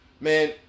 Man